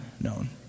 known